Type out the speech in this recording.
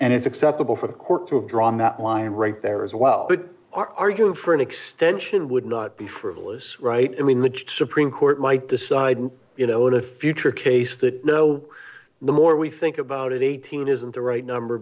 and it's acceptable for the court to have drawn that line right there as well but arguing for an extension would not be frivolous right i mean the supreme court might decide you know in a future case that though the more we think about it eighteen isn't the right number